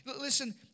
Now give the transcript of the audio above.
Listen